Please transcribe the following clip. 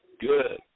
Good